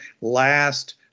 last